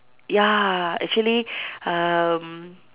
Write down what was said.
ya actually um